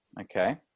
Okay